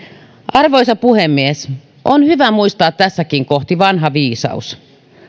arvoisa puhemies on hyvä muistaa tässäkin kohti vanha viisaus